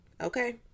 Okay